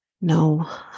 No